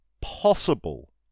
possible